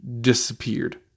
disappeared